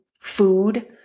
food